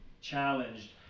challenged